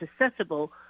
accessible